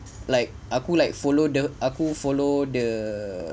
like aku like follow the aku follow the